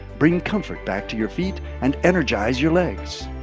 bring comfort back to your feet and energize your legs.